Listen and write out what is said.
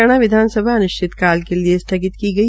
हरियाणा विधानसभा अनिश्चित काल के लिए स्थगित की गई